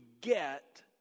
get